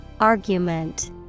Argument